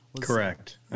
correct